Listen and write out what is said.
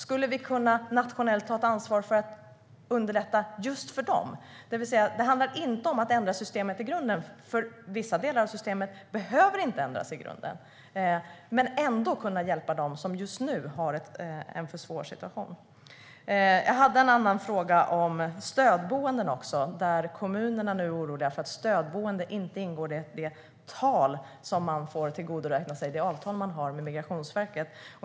Skulle vi nationellt kunna ta ett ansvar för att underlätta för just dem? Det handlar inte om att ändra systemet i grunden, för vissa delar behöver inte ändras i grunden. Det handlar om att kunna hjälpa dem som just nu har en alltför svår situation. Jag har en fråga om stödboenden också. Kommunerna är oroliga över att stödboenden inte ingår i det avtal man har med Migrationsverket.